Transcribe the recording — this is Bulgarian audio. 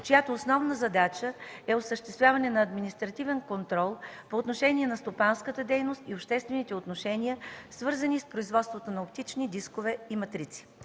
чиято основна задача е осъществяване на административен контрол по отношение на стопанската дейност и обществените отношения, свързани с производството на оптични дискове и матрици.